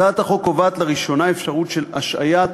הצעת החוק קובעת לראשונה אפשרות של השעיית